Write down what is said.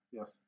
Yes